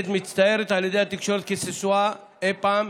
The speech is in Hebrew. כשהכנסת מצטיירת על ידי התקשורת כשסועה מאי-פעם,